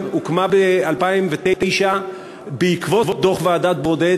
הוקמה ב-2009 בעקבות דוח ועדת ברודט.